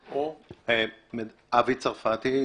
אני חושב שכל ההערות נכונות.